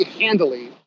handily